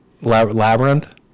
labyrinth